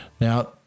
Now